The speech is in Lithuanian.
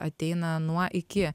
ateina nuo iki